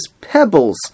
pebbles